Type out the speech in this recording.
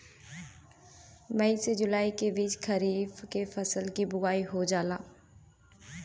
मई से जुलाई के बीच खरीफ के फसल के बोआई हो जाला